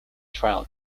trial